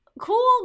cool